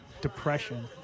depression